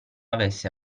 avesse